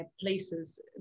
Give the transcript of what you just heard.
places